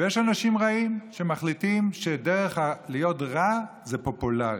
ויש אנשים רעים, שמחליטים שלהיות רע זה פופולרי.